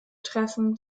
treffen